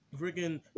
freaking